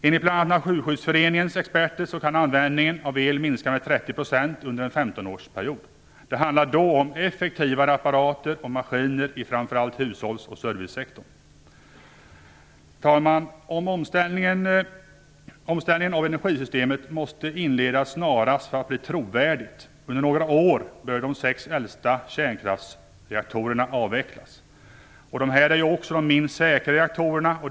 Enligt bl.a. Naturskyddsföreningens experter kan användningen av el minska med 30 % under en femtonårsperiod. Det handlar då om effektivare apparater och maskiner inom framför allt hushålls och servicesektorn. Herr talman! Omställningen av energisystemet måste inledas snarast för att bli trovärdigt. Under några år bör de sex äldsta kärnkraftsreaktorerna avvecklas. Dessa är ju också de minst säkra reaktorerna.